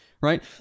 right